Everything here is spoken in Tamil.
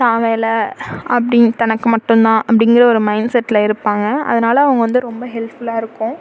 தன் வேலை அப்படினு தனக்கு மட்டுந்தான் அப்படிங்கிற ஒரு மைண்ட்செட்டில் இருப்பாங்க அதனால் அவங்க வந்து ரொம்ப ஹெல்ப்ஃபுல்லாக இருக்கும்